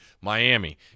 Miami